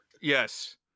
yes